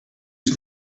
use